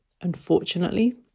Unfortunately